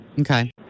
Okay